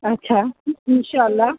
اَچھا انشاء اللہ